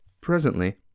Presently